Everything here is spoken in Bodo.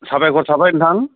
साबायखर थाबाय नोंथां